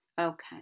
okay